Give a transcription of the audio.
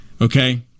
Okay